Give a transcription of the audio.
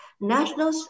National